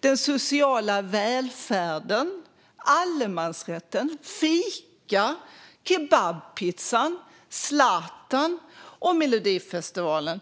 den sociala välfärden, allemansrätten, fika, kebabpizza, Zlatan och Melodifestivalen.